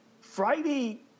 Friday